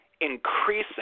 increasing